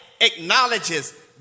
acknowledges